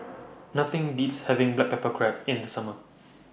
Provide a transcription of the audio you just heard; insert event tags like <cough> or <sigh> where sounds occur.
<noise> Nothing Beats having Black Pepper Crab in The Summer